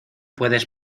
puedes